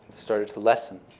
started to lessen.